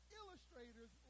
illustrators